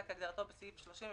"הכנסה